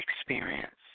experience